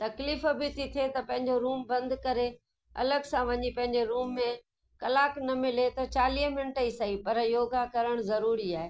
तकलीफ़ बि थी थिए पंहिंजो रूम बंदि करे अलॻि सां वञी पंहिंजे रूम में कलाक न मिले त चालीह मिंट ई सही पर योगा करणु ज़रूरी आहे